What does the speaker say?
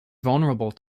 vulnerable